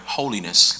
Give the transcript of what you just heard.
holiness